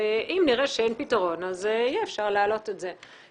ואם נראה שאין פתרון אז יהיה אפשר להעלות את זה.